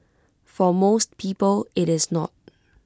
for most people IT is not